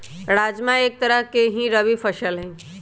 राजमा एक तरह के ही रबी फसल हई